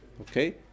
Okay